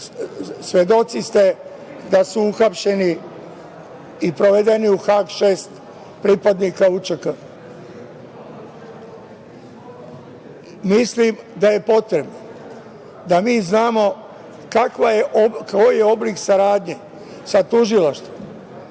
svedoci ste da su uhapšeni i sprovedeni u Hag šest pripadnika UČK. Mislim da je potrebno da mi znamo kakav je oblik saradnje sa tužilaštvom,